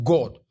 God